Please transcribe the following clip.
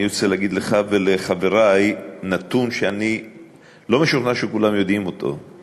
אני רוצה להגיד לך ולחברי נתון שאני לא משוכנע שכולם יודעים אותו,